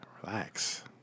relax